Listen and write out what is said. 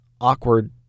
Awkward